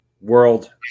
world